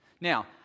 Now